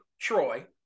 Troy